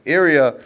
area